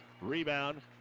Rebound